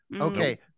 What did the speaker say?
Okay